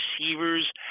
receivers